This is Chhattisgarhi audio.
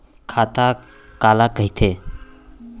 खाता काला कहिथे?